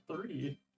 three